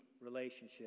relationship